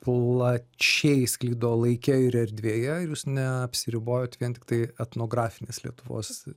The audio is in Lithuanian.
plačiai sklido laike ir erdvėje ir jūs neapsiribojot vien tiktai etnografinės lietuvos